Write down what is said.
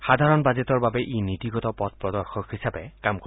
সাধাৰণ বাজেটৰ বাবে ই নীতিগত পথ প্ৰদৰ্শক হিচাপে কাম কৰিব